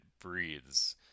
breathes